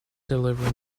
delivery